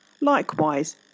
Likewise